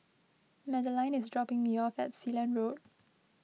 Madeleine is dropping me off at Sealand Road